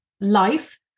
life